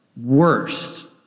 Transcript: worst